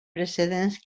precedents